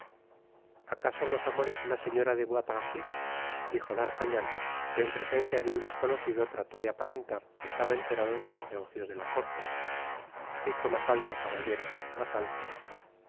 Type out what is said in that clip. acaso los amores de la señora de bois tracy dijo d'artagnan que en presencia de un desconocido trató de aparentar que estaba enterado de los negocios de la corte pico mas alto caballero mas alto